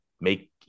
make